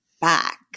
back